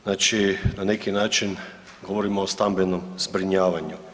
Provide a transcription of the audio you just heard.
Znači na neki način govorimo o stambenom zbrinjavanju.